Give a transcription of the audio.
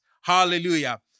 Hallelujah